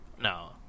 No